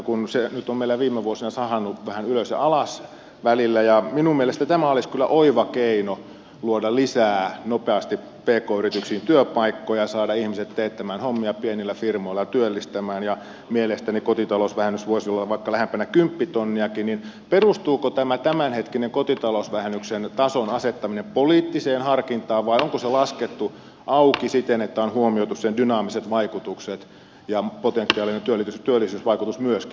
kun se nyt on meillä viime vuosina sahannut vähän ylös ja alas välillä ja minun mielestäni tämä olisi kyllä oiva keino luoda nopeasti lisää pk yrityksiin työpaikkoja saada ihmiset teettämään hommia pienillä firmoilla ja työllistämään ja mielestäni kotitalousvähennys voisi olla vaikka lähempänä kymppitonniakin niin perustuuko tämä tämänhetkinen kotitalousvähennyksen tason asettaminen poliittiseen harkintaan vai onko se laskettu auki siten että on huomioitu sen dynaamiset vaikutukset ja potentiaalinen työllisyysvaikutus myöskin